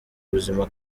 buzima